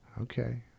Okay